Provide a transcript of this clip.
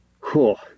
Cool